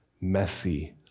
messy